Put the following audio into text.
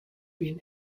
been